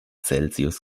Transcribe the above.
celsius